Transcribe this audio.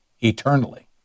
eternally